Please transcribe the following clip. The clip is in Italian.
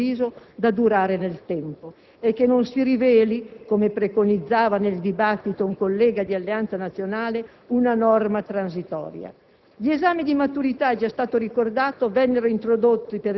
Spero che abbiamo costruito un lavoro sufficientemente condiviso da durare nel tempo e che non si riveli, come preconizzava nel dibattito un collega di Alleanza Nazionale, una norma transitoria: